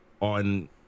on